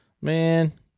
Man